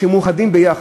כשמאוחדים, ביחד,